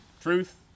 truth